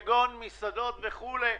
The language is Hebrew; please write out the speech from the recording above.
כגון מסעדות וכו',